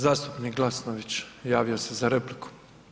Zastupnik Glasnović, javio se za repliku.